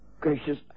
gracious